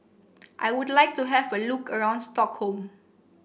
I would like to have a look around Stockholm